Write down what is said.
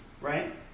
Right